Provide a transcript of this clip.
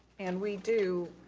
and we do,